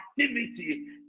activity